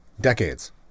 decades